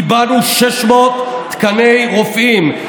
קיבענו 600 תקני רופאים,